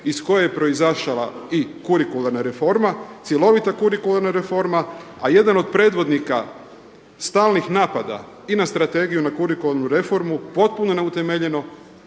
iz koje je proizašla i kurikularna reforma, cjelovita kurikularna reforma, a jedan od predvodnika stalnih napada i na strategiju i na kurikularnu reformu potpuno je neutemeljeno